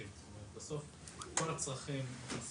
ואני ארחיב: בסוף כל הצרכים -- מבקשים